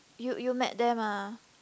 you you met them ah